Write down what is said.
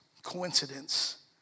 coincidence